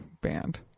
band